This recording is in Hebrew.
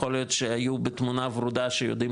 יכול להיות שהיו בתמונה וורודה שיודעים